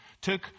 took